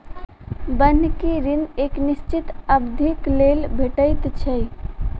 बन्हकी ऋण एक निश्चित अवधिक लेल भेटैत छै